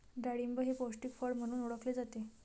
डाळिंब हे पौष्टिक फळ म्हणून ओळखले जाते